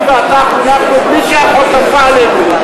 אני ואתה חונכנו בלי שהחוק כפה עלינו,